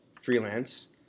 Freelance